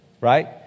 right